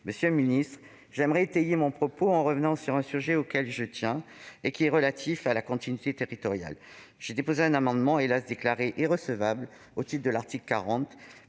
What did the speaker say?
Monsieur le ministre, je veux étayer mon propos en revenant sur un sujet auquel je tiens et qui est relatif à la continuité territoriale. J'avais déposé un amendement, hélas déclaré irrecevable au titre de l'article 40